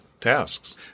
tasks